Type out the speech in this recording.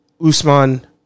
Usman